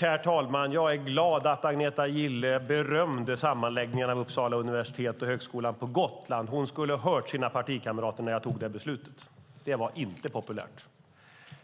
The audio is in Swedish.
Herr talman! Jag är glad att Agneta Gille berömde sammanläggningen av Uppsala universitet och högskolan på Gotland. Hon skulle ha hört sina partikamrater när jag fattade det beslutet. Det var inte populärt.